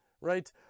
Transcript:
right